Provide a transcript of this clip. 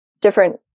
different